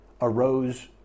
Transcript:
arose